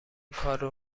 کارو